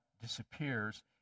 disappears